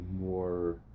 more